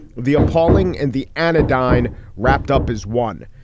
the appalling and the anodyne wrapped up as one.